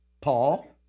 Paul